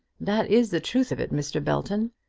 that is the truth of it, mr. belton.